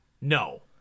No